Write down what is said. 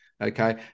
okay